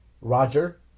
Roger